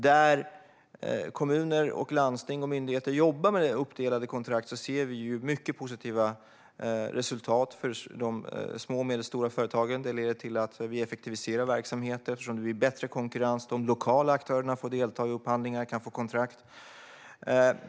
Där kommuner, landsting och myndigheter jobbar med uppdelade kontrakt ser vi mycket positiva resultat för de små och medelstora företagen. Det leder till att vi effektiviserar verksamheter, eftersom det blir bättre konkurrens. De lokala aktörerna får delta i upphandlingar och kan få kontrakt.